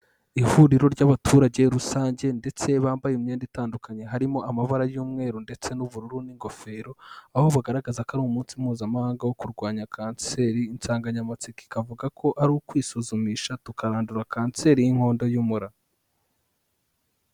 Ihuriro ry'abaturage rusange ndetse bambaye imyenda itandukanye, harimo amabara y'umweru ndetse n'ubururu n'ingofero, aho bagaragaza ko ari umunsi mpuzamahanga wo kurwanya kanseri, insanganyamatsiko ikavuga ko ari ukwisuzumisha tukarandura kanseri y'inkondo y'umura.